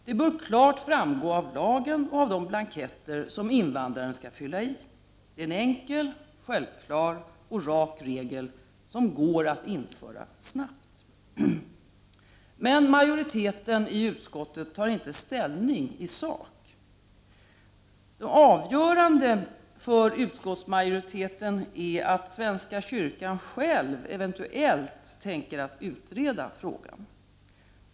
Det bör klart framgå av lagen och av de blanketter som invandraren skall fylla i. Det är en enkel, självklar och rak regel som går att införa snabbt. Majoriteten i utskottet tar dock inte ställning i sak. Det avgörande för utskottsmajoriteten är att svenska kyrkan själv eventuellt tänker utreda frågan.